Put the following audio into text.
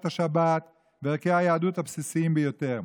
השבת וערכי היהדות הבסיסיים ביותר,